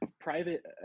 private